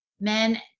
men